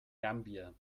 gambia